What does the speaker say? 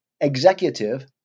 executive